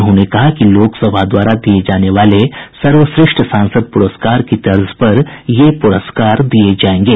उन्होंने कहा कि लोकसभा द्वारा दिये जाने वाले सर्वश्रेष्ठ सांसद पुरस्कार की तर्ज पर ये पुरस्कार दिये जायेंगे